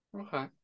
Okay